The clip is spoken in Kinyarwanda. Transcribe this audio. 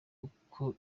uko